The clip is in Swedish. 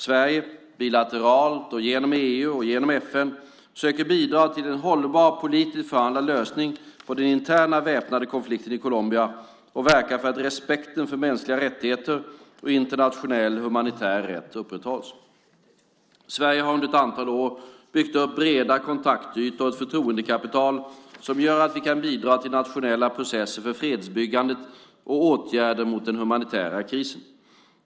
Sverige, bilateralt och genom EU och FN, söker bidra till en hållbar politiskt förhandlad lösning på den interna väpnade konflikten i Colombia och verkar för att respekten för mänskliga rättigheter och internationell humanitär rätt upprätthålls. Sverige har under ett antal år byggt upp breda kontaktytor och ett förtroendekapital som gör att vi kan bidra till nationella processer för fredsbyggandet och åtgärder mot den humanitära krisen.